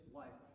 life